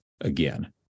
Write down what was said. again